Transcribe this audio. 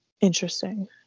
Interesting